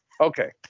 Okay